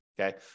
okay